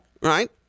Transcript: right